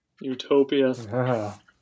utopia